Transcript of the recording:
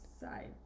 side